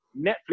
Netflix